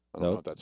No